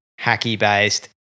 hacky-based